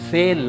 Say